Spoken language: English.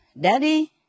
Daddy